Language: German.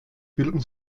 bilden